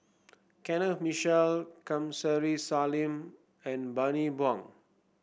Kenneth Mitchell Kamsari Salam and Bani Buang